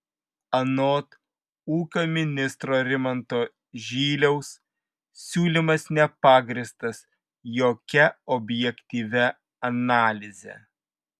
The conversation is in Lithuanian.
anot ūkio ministro rimanto žyliaus siūlymas nepagrįstas jokia objektyvia analize